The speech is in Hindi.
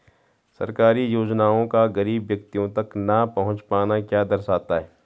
सरकारी योजनाओं का गरीब व्यक्तियों तक न पहुँच पाना क्या दर्शाता है?